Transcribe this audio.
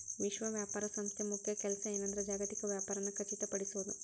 ವಿಶ್ವ ವ್ಯಾಪಾರ ಸಂಸ್ಥೆ ಮುಖ್ಯ ಕೆಲ್ಸ ಏನಂದ್ರ ಜಾಗತಿಕ ವ್ಯಾಪಾರನ ಖಚಿತಪಡಿಸೋದ್